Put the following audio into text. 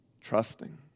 trusting